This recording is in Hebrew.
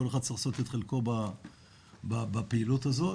כל אחד צריך לעשות את חלקו בפעילות הזאת.